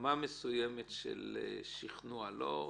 רמה מסוימת של שכנוע, לא סתם.